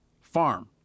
farm